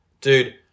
dude